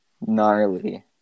gnarly